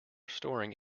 storing